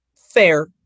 fair